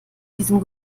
diesem